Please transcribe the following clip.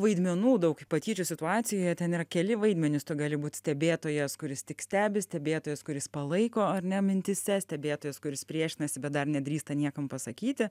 vaidmenų daug patyčių situacijoje ten yra keli vaidmenys tu gali būt stebėtojas kuris tik stebi stebėtojas kuris palaiko ar ne mintyse stebėtojas kuris priešinasi bet dar nedrįsta niekam pasakyti